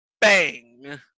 bang